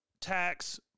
tax